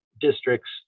districts